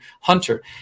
Hunter